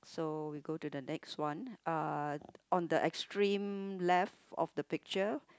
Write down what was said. so we go to the next one uh on the extreme left of the picture